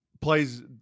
plays